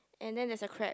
and there's a crab